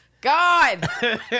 God